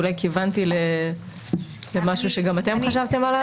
אולי כיוונתי למשהו שגם אתם חשבתם עליו?